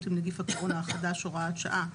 עם נגיף הקורונה החדש (הוראת שעה),